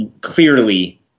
clearly